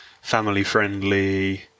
family-friendly